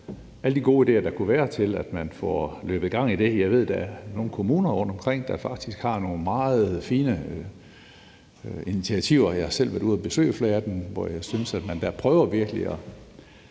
alle de gode idéer, der kunne være til, at man får løbet det i gang. Jeg ved, der er nogle kommuner rundtomkring, der faktisk har nogle meget fine initiativer. Jeg har selv været ude at besøge flere af dem, og jeg synes, at man virkelig